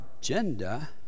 agenda